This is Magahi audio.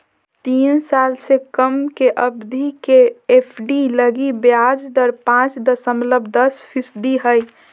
तीन साल से कम के अवधि के एफ.डी लगी ब्याज दर पांच दशमलब दस फीसदी हइ